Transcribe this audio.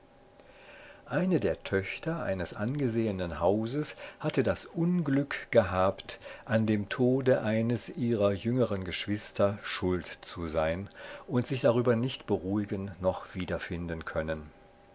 eine der töchter eines angesehenen hauses hatte das unglück gehabt an dem tode eines ihrer jüngeren geschwister schuld zu sein und sich darüber nicht beruhigen noch wiederfinden können